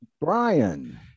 Brian